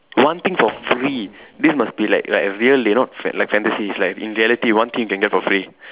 one thing for free this must be like like real you know fan like fantasy it's like in reality one thing you can get for free